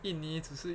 印尼只是